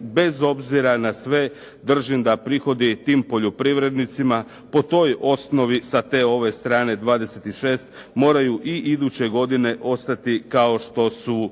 bez obzira na sve, držim da prihodi tim poljoprivrednicima po toj osnovi sa ove strane 26. moraju i iduće godine ostati kao što su